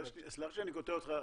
סלח לי שאני קוטע אותך,